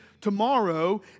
tomorrow